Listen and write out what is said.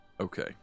Okay